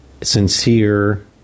sincere